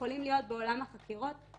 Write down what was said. שיכולים להיות בעולם החקירות.